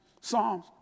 Psalms